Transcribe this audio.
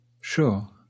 Sure